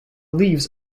leaves